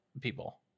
people